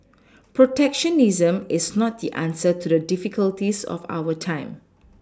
protectionism is not the answer to the difficulties of our time